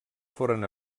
foren